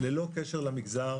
אולמות ספורט,